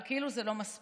אבל כאילו זה לא מספיק,